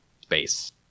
space